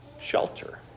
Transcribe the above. shelter